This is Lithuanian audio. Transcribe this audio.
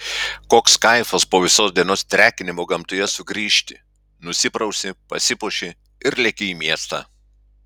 koks kaifas po visos dienos trekinimo gamtoje sugrįžti nusiprausi pasipuoši ir leki į miestą